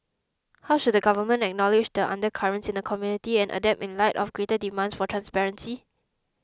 how should the government acknowledge the undercurrents in the community and adapt in light of greater demands for transparency